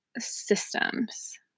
systems